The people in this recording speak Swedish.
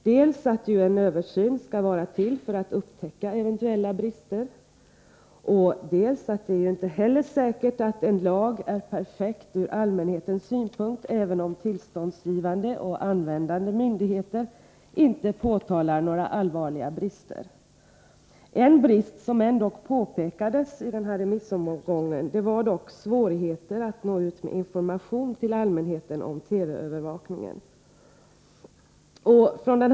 Dels skall en översyn vara till för att upptäcka eventuella brister, dels är det inte säkert att det förhållandet att tillståndsgivande och användande myndigheter inte påtalar några allvarliga brister i en lag innebär att lagen är perfekt ur allmänhetens synpunkt. En brist som ändock påpekades i remissomgången var att man har svårigheter att nå ut med information om TV-övervakningen till allmänheten.